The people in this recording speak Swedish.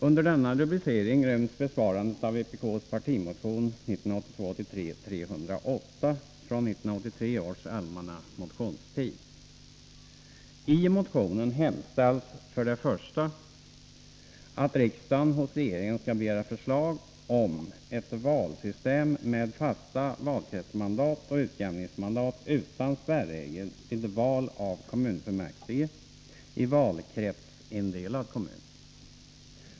Under denna rubricering ryms besvarandet av vpk:s partimotion I motionen hemställs för det första att riksdagen hos regeringen skall begära förslag om ett valsystem med fasta valkretsmandat och utjämningsmandat utan spärregel vid val av kommunfullmäktige i valkretsindelad kommun.